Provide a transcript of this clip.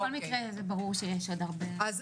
בכל מקרה זה ברור שיש עדיין --- אנחנו